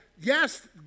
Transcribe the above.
Yes